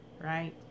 right